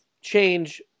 change